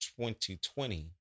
2020